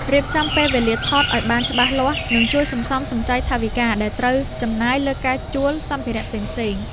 រៀបចំពេលវេលាថតឱ្យបានច្បាស់លាស់នឹងជួយសន្សំសំចៃថវិកាដែលត្រូវចំណាយលើការជួលសម្ភារៈផ្សេងៗ។